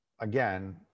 again